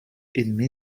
edme